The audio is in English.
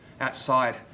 outside